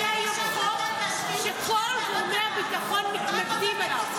מביא היום חוק שכל גורמי הביטחון מתנגדים אליו,